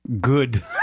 good